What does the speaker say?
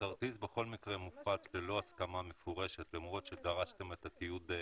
הכרטיס בכל מקרה מופץ ללא הסכמה מפורשת למרות שדרשתם את התיעוד.